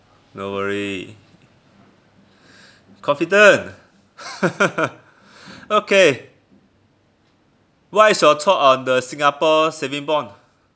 no worry confident okay what is your thought on the Singapore saving bond